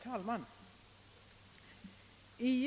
Herr talman!